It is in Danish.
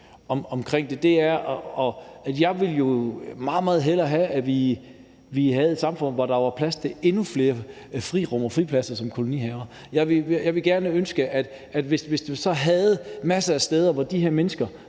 omkring det. Jeg ville jo meget, meget hellere have, at vi havde et samfund, hvor der var plads til endnu flere frirum og fristeder som kolonihaver. Jeg ville ønske, at vi havde masser af steder for de her mennesker,